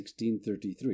1633